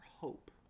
hope